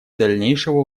дальнейшего